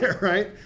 right